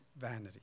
vanity